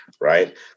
right